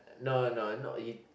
no no no you